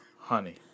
Honey